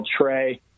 Trey